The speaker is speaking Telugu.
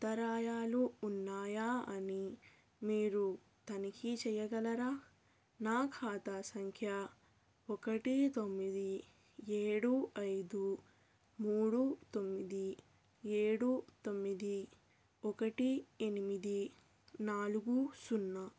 అంతరాయాలు ఉన్నాయా అని మీరు తనిఖీ చెయ్యగలరా నా ఖాతా సంఖ్య ఒకటి తొమ్మిది ఏడు ఐదు మూడు తొమ్మిది ఏడు తొమ్మిది ఒకటి ఎనిమిది నాలుగు సున్నా